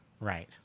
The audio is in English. right